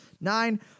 nine